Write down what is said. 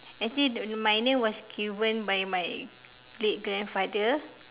as in my name was given by my late grandfather